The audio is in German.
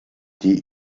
die